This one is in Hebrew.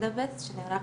בבודפשט שנערך